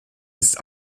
ist